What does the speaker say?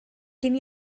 gen